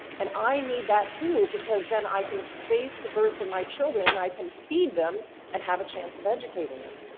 and i need that tool because then i can space the births of my children, and i can feed them and have a chance of educating them.